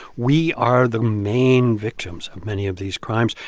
we are the main victims of many of these crimes.